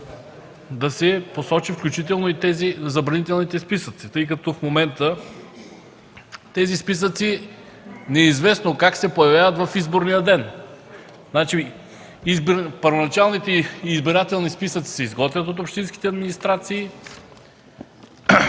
да се посочи – „включително и тези в забранителните списъци”, тъй като в момента тези списъци неизвестно как се появяват в изборния ден. Първоначалните избирателни списъци се изготвят от общинските администрации,